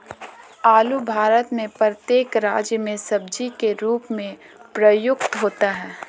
आलू भारत में प्रत्येक राज्य में सब्जी के रूप में प्रयुक्त होता है